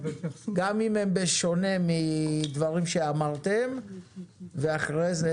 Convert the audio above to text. גם אם הם בשונה מדברים שאמרתם ואחרי זה